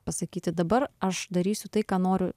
pasakyti dabar aš darysiu tai ką noriu